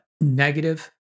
negative